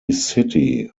city